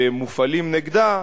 שמופעלים נגדה,